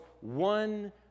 one